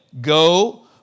Go